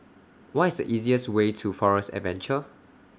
What IS The easiest Way to Forest Adventure